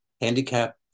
handicap